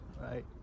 right